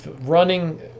Running